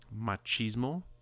machismo